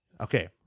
Okay